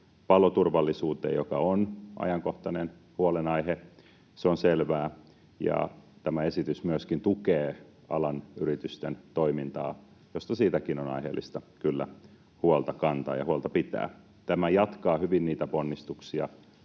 paloturvallisuuteen, joka on ajankohtainen huolenaihe. Se on selvää. Tämä esitys myöskin tukee alan yritysten toimintaa, josta siitäkin on aiheellista kyllä huolta kantaa ja huolta pitää. Tämä jatkaa hyvin niitä ponnistuksia,